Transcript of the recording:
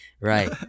Right